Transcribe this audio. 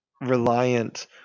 reliant